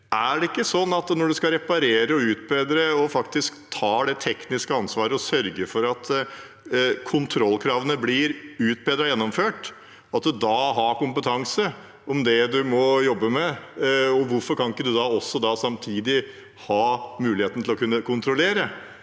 Er det ikke slik at når en skal reparere og utbedre, og tar det tekniske ansvaret og sørger for at kontrollkravene blir utbedret og gjennomført, så har en kompetanse til det en må jobbe med? Hvorfor kan en ikke da samtidig ha muligheten til å kontrollere?